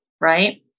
right